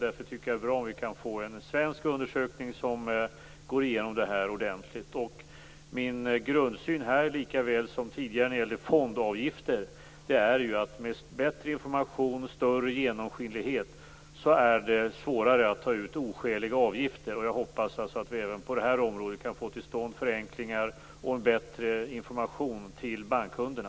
Därför tycker jag att det är bra om vi kan få en svensk undersökning som går igenom det här ordentligt. Min grundsyn här, lika väl som tidigare när det gällde fondavgifter, är att med bättre information och större genomskinlighet är det svårare att ta ut oskäliga avgifter. Jag hoppas alltså att vi även på det här området kan få till stånd förenklingar och en bättre information till bankkunderna.